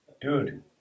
dude